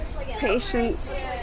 patience